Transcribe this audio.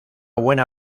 buena